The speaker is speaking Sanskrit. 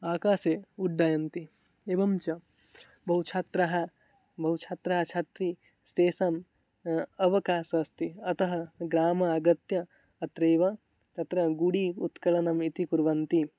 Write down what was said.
आकाशे उड्डयन्ति एवं च बहुछात्रः बहुछात्राः छात्रः तेषां अवकाशः अस्ति अतः ग्रामम् आगत्य अत्रैव अत्र गूडि उत्कलनम् इति कुर्वन्ति